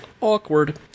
Awkward